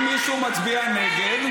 אם מישהו מצביע נגד,